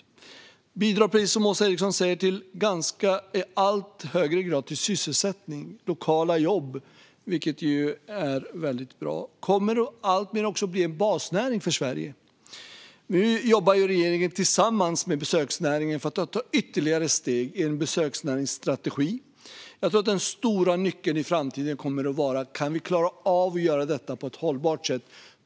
Den bidrar också, precis som Åsa Eriksson säger, i allt högre grad till sysselsättning och lokala jobb, vilket är väldigt bra. Den kommer alltmer att bli en basnäring för Sverige. Nu jobbar regeringen tillsammans med besöksnäringen för att ta ytterligare steg i en besöksnäringsstrategi. Jag tror att den stora nyckeln i framtiden kommer att vara att vi kan klara av att göra detta på ett hållbart sätt.